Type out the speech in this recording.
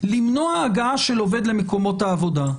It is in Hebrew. למנוע הגעה של עובד למקומות העבודה.